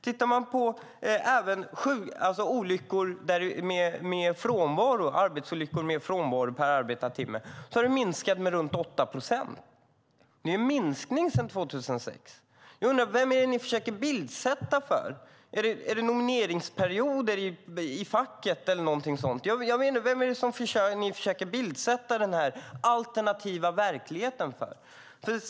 Om man tittar på antalet arbetsolyckor med frånvaro per arbetad timme ser man att det har minskat med runt 8 procent. Det är en minskning sedan 2006. Jag undrar: Vem är det som ni försöker bildsätta för? Handlar det om nomineringsperioder i facket eller någonting sådant? Vem är det som ni försöker bildsätta denna alternativa verklighet för?